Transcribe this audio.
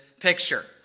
picture